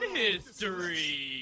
history